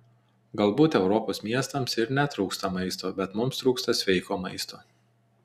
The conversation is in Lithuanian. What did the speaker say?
galbūt europos miestams ir netrūksta maisto bet mums trūksta sveiko maisto